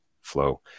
flow